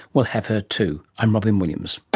will have her too. i'm robyn williams